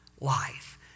life